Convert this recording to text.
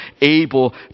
able